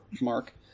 mark